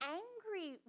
angry